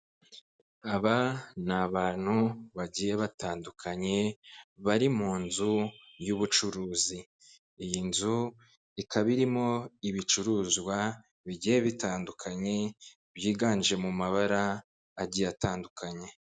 Aba ni abantu bagiye batandukanye, bari mu nzu y'ubucuruzi. Iyi nzu ikaba irimo ibicuruzwa bigiye bitandukanye, byiganje mu mabara agiye atandukanye.